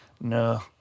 no